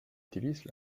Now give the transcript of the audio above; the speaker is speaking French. utilisent